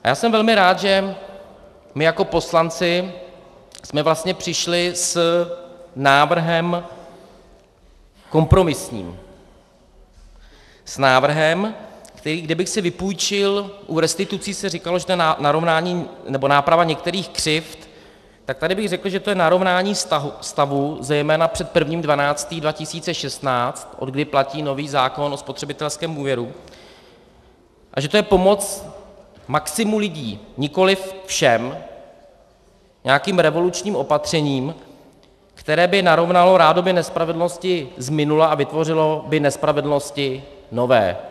Já jsem velmi rád, že my jako poslanci jsme vlastně přišli s návrhem kompromisním, s návrhem, který kdybych si vypůjčil u restitucí se říkalo, že je to narovnání nebo náprava některých křivd, tak tady bych řekl, že to je narovnání stavu zejména před 1. 12. 2016, odkdy platí nový zákon o spotřebitelském úvěru, a že to je pomoc maximu lidí, nikoliv všem, nějakým revolučním opatřením, které by narovnalo rádoby nespravedlnosti z minula a vytvořilo by nespravedlnosti nové.